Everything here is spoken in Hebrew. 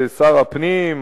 שר הפנים,